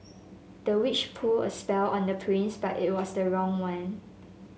the witch pull a spell on the prince but it was the wrong one